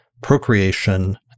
procreation